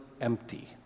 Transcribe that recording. empty